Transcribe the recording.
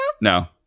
No